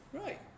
Right